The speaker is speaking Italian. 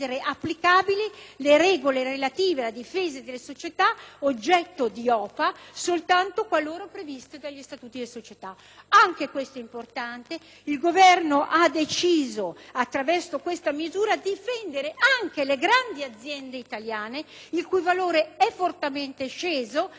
società oggetto di OPA soltanto qualora previste dagli statuti delle società. Anche questo è importante, il Governo ha deciso, attraverso questa misura, di difendere anche le grandi aziende italiane, il cui valore è fortemente sceso a causa della crisi in atto, rendendole quindi appetibili